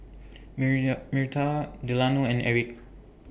Myrta Delano and Erik